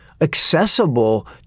accessible